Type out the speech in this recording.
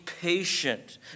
patient